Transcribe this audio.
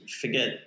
forget